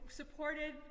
supported